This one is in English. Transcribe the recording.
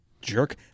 Jerk